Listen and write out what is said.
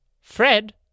Fred